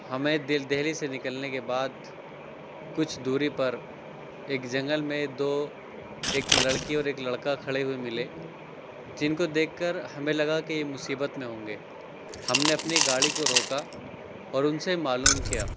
ہمیں دل دہلی سے نکلنے کے بعد کچھ دوری پر ایک جنگل میں دو ایک لڑکی اور ایک لڑکا کھڑے ہوئے ملے جن کو دیکھ کر ہمیں لگا کہ یہ مصیبت میں ہونگے ہم نے اپنی گاڑی کو روکا اور ان سے معلوم کیا